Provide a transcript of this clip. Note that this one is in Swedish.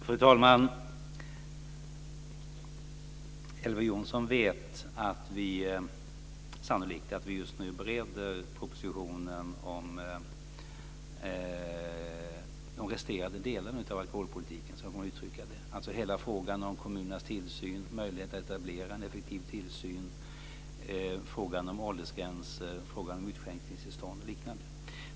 Fru talman! Elver Jonsson vet troligen att vi just nu bereder propositionen om de resterande delarna av alkoholpolitiken, alltså frågan om kommunernas tillsyn, möjligheterna att etablera en effektiv tillsyn, frågor om åldersgränser, utskänkningstillstånd o.d.